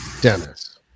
Dennis